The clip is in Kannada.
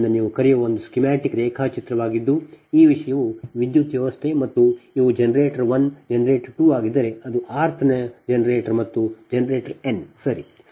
ಆದ್ದರಿಂದ ಇದು ನೀವು ಕರೆಯುವ ಒಂದು ಸ್ಕೀಮ್ಯಾಟಿಕ್ ರೇಖಾಚಿತ್ರವಾಗಿದ್ದು ಈ ವಿಷಯವು ವಿದ್ಯುತ್ ವ್ಯವಸ್ಥೆ ಮತ್ತು ಇವು ಜನರೇಟರ್ 1 ಜನರೇಟರ್ 2 ಆಗಿದ್ದರೆ ಮತ್ತು ಅದು rth ನೇ ಜನರೇಟರ್ ಮತ್ತು ಜನರೇಟರ್ N ಸರಿ